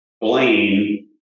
Blaine